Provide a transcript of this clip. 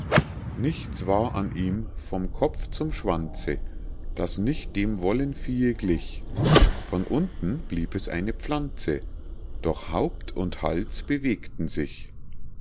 nichts war an ihm vom kopf zum schwanze das nicht dem wollenviehe glich von unten blieb es eine pflanze doch haupt und hals bewegten sich